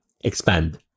expand